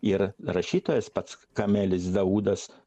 ir rašytojas pats kamelis daudas